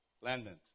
Landon